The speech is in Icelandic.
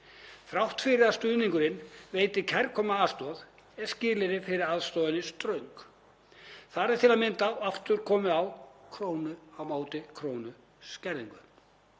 Þrátt fyrir að stuðningurinn veiti kærkomna aðstoð eru skilyrðin fyrir aðstoðinni ströng. Þar er til að mynda aftur komið á krónu á móti krónu skerðingu.